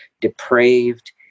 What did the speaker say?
depraved